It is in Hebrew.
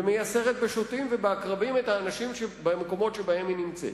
ומייסרת בשוטים ובעקרבים את האנשים במקומות שבהם היא נמצאת.